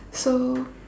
so